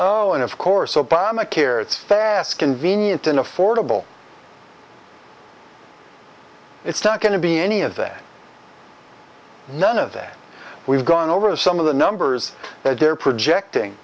oh and of course obamacare it's fast convenient and affordable it's not going to be any of that none of that we've gone over some of the numbers that they're projecting